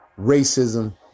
Racism